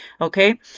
okay